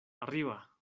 arriba